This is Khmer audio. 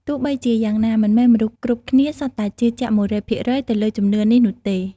ទោះបីជាយ៉ាងណា មិនមែនមនុស្សគ្រប់គ្នាសុទ្ធតែជឿជាក់ ១០០ភាគរយទៅលើជំនឿនេះនោះទេ។